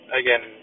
again